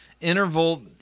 interval